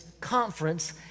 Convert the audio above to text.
Conference